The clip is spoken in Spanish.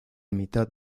mitad